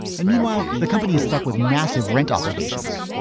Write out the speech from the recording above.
and meanwhile, the company is stuck with massive rent obligations.